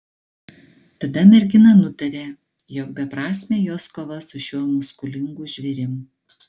tada mergina nutarė jog beprasmė jos kova su šiuo muskulingu žvėrim